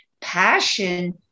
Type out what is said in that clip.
passion